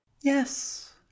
Yes